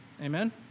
Amen